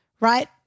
right